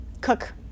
cook